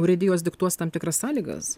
urėdijos diktuos tam tikras sąlygas